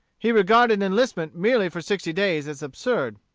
he regarded enlistment merely for sixty days as absurd.